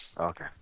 Okay